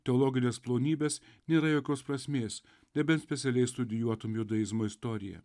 teologines plonybes nėra jokios prasmės nebent specialiai studijuotum judaizmo istoriją